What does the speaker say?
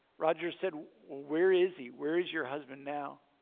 roger said where is he? where is your husband now?